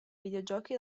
videogiochi